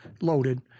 loaded